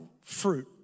fruit